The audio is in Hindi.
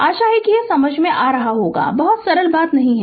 आशा है कि यह समझ में आता है बहुत सरल बात नहीं है